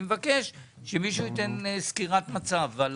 אני מבקש שמישהו ייתן סקירת מצב על